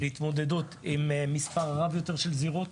להתמודדות עם מספר רב יותר של זירות.